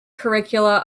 curricula